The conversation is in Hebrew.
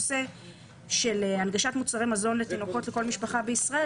"הנגשת מוצרי מזון לתינוקות לכל משפחה בישראל",